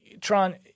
Tron